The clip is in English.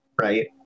right